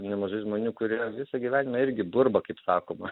nemažai žmonių kurie visą gyvenimą irgi burba kaip sakoma